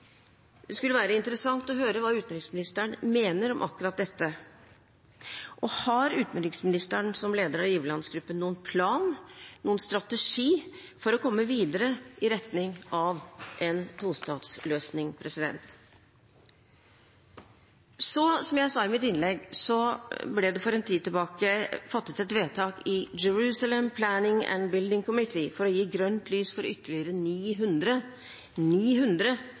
Det skulle være interessant å høre hva utenriksministeren mener om akkurat dette. Og har utenriksministeren som leder av giverlandsgruppen noen plan, noen strategi, for å komme videre i retning av en tostatsløsning? Som jeg sa i mitt innlegg, ble det for en tid tilbake fattet et vedtak i Jerusalem Planning and Building Committee for å gi grønt lys for ytterligere 900